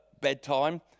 bedtime